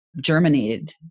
germinated